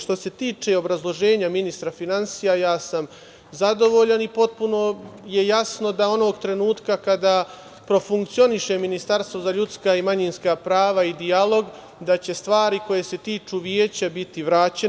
Što ste tiče obrazloženja ministra finansija ja sam zadovoljan i potpuno je jasno da onog trenutka kada profunkcioniše Ministarstvo za ljudska i manjinska prava i dijalog da će stvari koje se tiču veća biti vraćene.